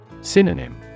Synonym